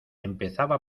empezaba